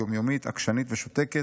יום-יומית עקשנית ושותקת,